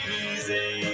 easy